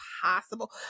possible